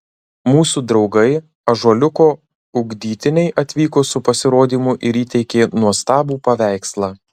mūsų draugai ąžuoliuko ugdytiniai atvyko su pasirodymu ir įteikė nuostabų paveikslą